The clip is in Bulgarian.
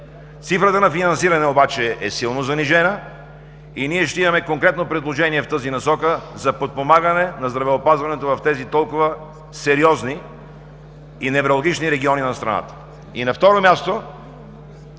Цифрата на финансиране обаче е силно занижена и ние ще имаме конкретно предложение в тази насока за подпомагане на здравеопазването в тези толкова сериозни и невралгични региони на страната.